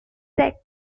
six